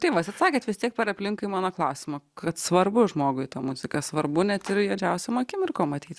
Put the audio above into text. tai vat atsakėt vis tiek per aplinkui į mano klausimą kad svarbu žmogui ta muzika svarbu net ir juodžiausiom akimirkom ateit